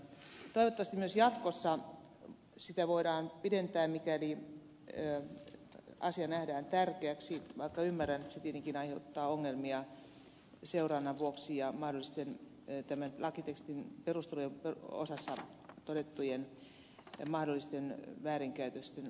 toivottavasti myös jatkossa sitä voidaan pidentää mikäli asia nähdään tärkeäksi vaikka ymmärrän että se tietenkin aiheuttaa ongelmia seurannan vuoksi ja tämän lakitekstin perusteluosassa todettujen mahdollisten väärinkäytösten vuoksi